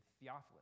Theophilus